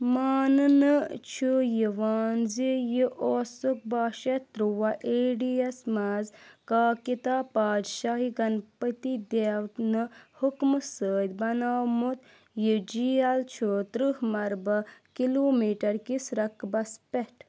ماننہٕ چھُ یِوان زِ یہِ اوسُکھ باہہ شیٚتھ تٕرووہ اے ڈی یس منٛز کاکیتہ پادشاہ گنپتی دیو نہِ حُکمہٕ سۭتۍ بنٛووٚمُت یہِ جیل چھُ تٕرٕہ مربعہٕ کلوٗ میٹر کِس رقبس پٮ۪ٹھ